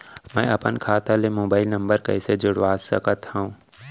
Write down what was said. मैं अपन खाता ले मोबाइल नम्बर कइसे जोड़वा सकत हव?